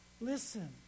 Listen